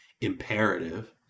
imperative